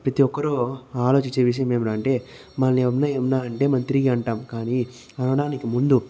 ప్రతి ఒక్కరు ఆలోచించే విషయం ఏమి అంటే మనల్ని ఎవరైనా ఏమైనా అంటే తిరిగి అంటాం కానీ అనడానికి ముందు